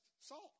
salt